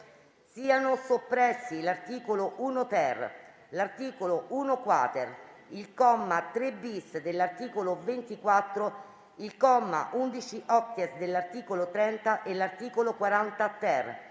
siano soppressi l'articolo 1-*ter*, l'articolo 1-*quater*, il comma 3-*bis* dell'articolo 24, il comma 11-*octies* dell'articolo 30 e l'articolo 40-*ter*;